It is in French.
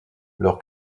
leur